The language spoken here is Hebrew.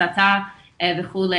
הסתה וכו',